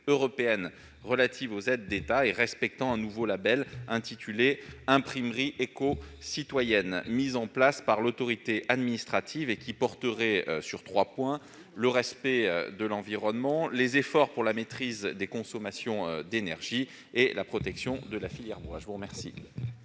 imprimeurs implantés en France et respectant un nouveau label intitulé « Imprimerie éco.citoyenne », mis en place par l'autorité administrative, qui porterait sur trois points : le respect de l'environnement, les efforts pour la maîtrise des consommations d'énergie et la protection de la filière bois.